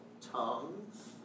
tongues